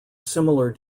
similar